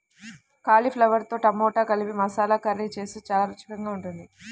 కాలీఫ్లవర్తో టమాటా కలిపి మసాలా కర్రీ చేస్తే చాలా రుచికరంగా ఉంటుంది